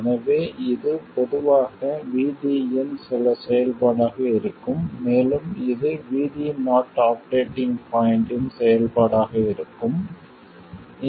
எனவே இது பொதுவாக VD இன் சில செயல்பாடாக இருக்கும் மேலும் இது VD0 ஆபரேட்டிங் பாய்ண்ட் இன் செயல்பாடாக இருக்கும